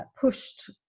pushed